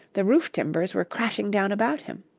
the roof timbers were crashing down about him.